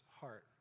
heart